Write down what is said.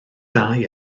dau